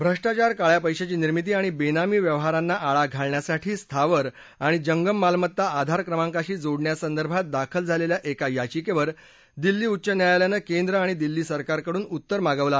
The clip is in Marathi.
भ्रष्टाचार काळ्या पैशाची निर्मिती आणि बेनामी व्यवहारांना आळा घालण्यासाठी स्थावर आणि जंगम मालमत्ता आधार क्रमांकाशी जोडण्यासंदर्भात दाखल झालेल्या एका याचिकेवर दिल्ली उच्च न्यायालयानं केंद्र आणि दिल्ली सरकारकडून उत्तर मागवलं आहे